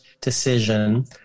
decision